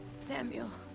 samuel,